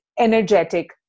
energetic